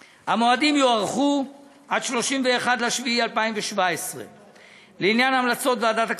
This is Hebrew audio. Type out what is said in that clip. המועדים: המועדים יידחו עד 31 ביולי 2017. לעניין המלצות ועדת הכספים,